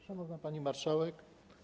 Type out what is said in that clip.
Szanowna Pani Marszałek!